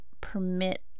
permit